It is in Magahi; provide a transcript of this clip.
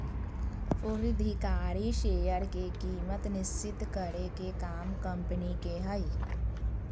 पूर्वधिकारी शेयर के कीमत निश्चित करे के काम कम्पनी के हय